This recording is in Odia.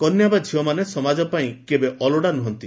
କନ୍ୟା ବା ଝିଅମାନେ ସମାଜ ପାଇଁ କେବେ ଅଲୋଡା ନୁହଁନ୍ତି